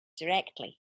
directly